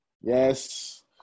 Yes